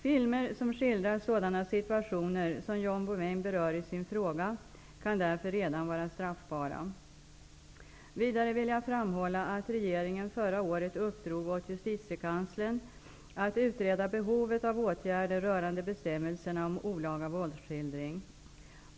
Filmer som skildrar sådana situationer som John Bouvin berör i sin fråga kan därför redan vara straffbara. Vidare vill jag framhålla att regeringen förra året uppdrog åt Justitiekanslern att utreda behovet av åtgärder rörande bestämmelserna om olaga våldsskildring.